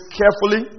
carefully